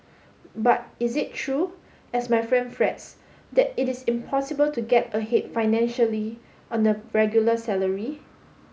but is it true as my friend frets that it is impossible to get ahead financially on a regular salary